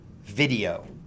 Video